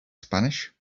spanish